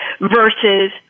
versus